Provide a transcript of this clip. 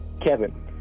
Kevin